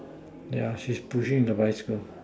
yeah she is pushing the bicycle